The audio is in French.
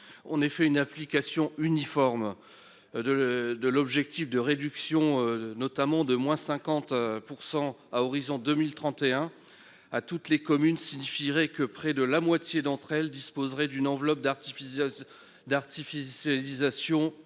on ait fait une application uniforme. De de l'objectif de réduction notamment de moins 50% à horizon 2031. À toutes les communes signifierait que près de la moitié d'entre elles disposeraient d'une enveloppe d'artifice.